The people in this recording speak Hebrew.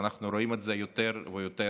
ואנחנו רואים את זה יותר ויותר